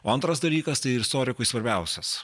o antras dalykas tai istorikui svarbiausias